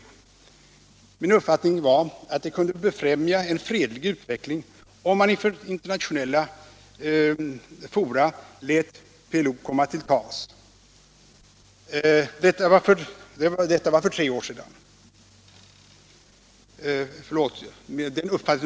Dess uppfattning var att det kunde befrämja en fredlig utveckling om man inför internationella fora lät PLO komma till tals.